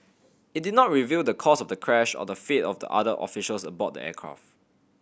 it did not reveal the cause of the crash or the fate of the other officials aboard the aircraft